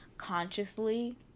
consciously